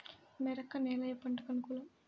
మెరక నేల ఏ పంటకు అనుకూలం?